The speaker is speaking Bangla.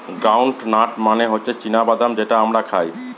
গ্রাউন্ড নাট মানে হচ্ছে চীনা বাদাম যেটা আমরা খাই